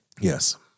yes